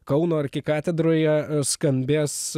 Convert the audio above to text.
kauno arkikatedroje skambės